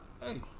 Hey